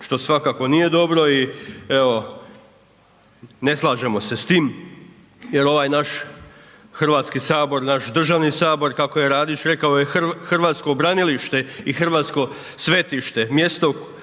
što svakako nije dobro i evo ne slažemo se s tim, jer ovaj naš Hrvatski sabor, naš državni sabor kako je Radić rekao je hrvatsko branilište i hrvatsko svetište, mjesto